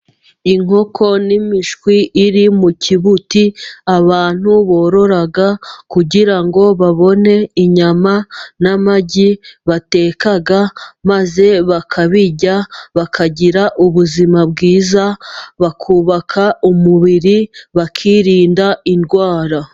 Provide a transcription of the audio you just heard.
Inkoko n'imishwi iri mu kibuti，abantu borora kugira ngo babone inyama n'amagi bateka，maze bakabirya， bakagira ubuzima bwiza，bakubaka umubiri，bakirinda indwara.